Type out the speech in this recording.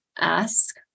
ask